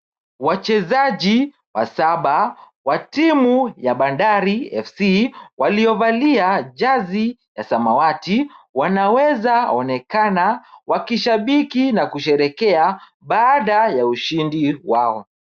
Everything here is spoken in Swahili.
Wachezaji wasaba wa timu ya bandari FC, waliovalia jazi ya samawati wanaweza onekana wakishabiki na kusherehekea baada ya ushindi wao.